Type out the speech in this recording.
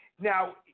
Now